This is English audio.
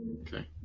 okay